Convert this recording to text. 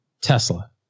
Tesla